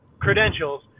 credentials